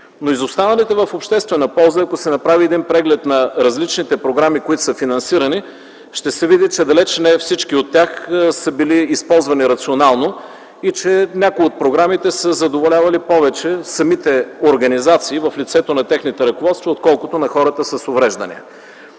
но и за останалите – в обществена полза, ако се направи един преглед на различните програми, които са финансирани, ще се види, че далеч не всички от тях са били използвани рационално и че някои от програмите са задоволявали повече самите организации в лицето на техните ръководства, отколкото хората с увреждания.